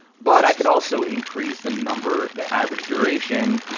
but i could also increase the number, the average duration,